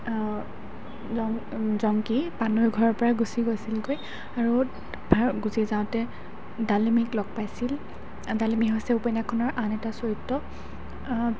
জং জংকী পানৈ ঘৰৰ পৰা গুচি গৈছিলগৈ আৰু গুচি যাওঁতে ডালিমিক লগ পাইছিল ডালিমি হৈছে উপন্যাসখনৰ আন এটা চৰিত্ৰ